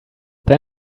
then